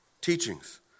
teachings